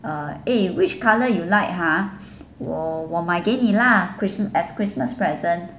ah eh which colour you like ha 我我买给你啦 christma~ as christmas present